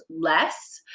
less